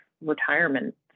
retirement